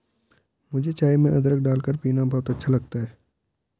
मुझे चाय में अदरक डालकर पीना बहुत अच्छा लगता है